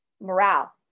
morale